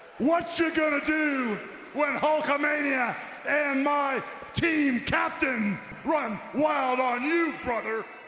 what you gonna do when hulkamania and my team captain run wild on you brother?